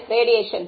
மாணவர் ரேடியேஷன்